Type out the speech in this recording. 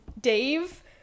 Dave